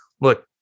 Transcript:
look